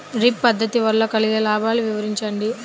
Drip పద్దతి వల్ల కలిగే లాభాలు వివరించండి?